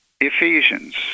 Ephesians